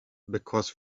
because